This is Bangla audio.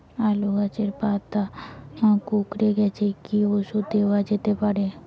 আলু গাছের পাতা কুকরে গেছে কি ঔষধ দেওয়া যেতে পারে?